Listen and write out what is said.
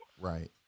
Right